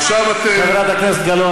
חברת הכנסת גלאון,